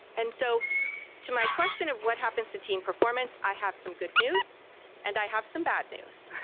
and so to my question of what happens to team performance, i have some good news and i have some bad news.